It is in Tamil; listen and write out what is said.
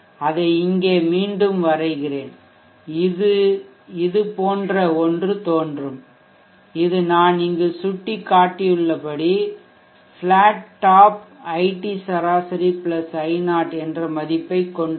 அதை இங்கே மீண்டும் வரைகிறேன் இது இதுபோன்ற ஒன்று தோன்றும் இது நான் இங்கு சுட்டிக்காட்டியுள்ளபடி பிளாட்டாப் iT சராசரி i0 என்ற மதிப்பைக் கொண்டுள்ளது